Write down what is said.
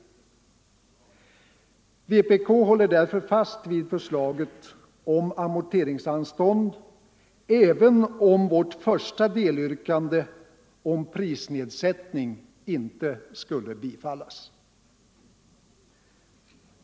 Vpk håller därför fast vid förslaget om amorteringsanstånd, även om vårt första delyrkande om prisnedsättning inte skulle bifallas.